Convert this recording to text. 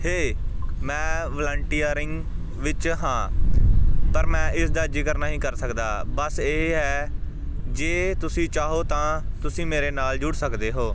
ਹੇ ਮੈਂ ਵਲੰਟੀਅਰਿੰਗ ਵਿੱਚ ਹਾਂ ਪਰ ਮੈਂ ਇਸਦਾ ਜ਼ਿਕਰ ਨਹੀਂ ਕਰ ਸਕਦਾ ਬੱਸ ਇਹ ਹੈ ਜੇ ਤੁਸੀਂ ਚਾਹੋ ਤਾਂ ਤੁਸੀਂ ਮੇਰੇ ਨਾਲ ਜੁੜ ਸਕਦੇ ਹੋ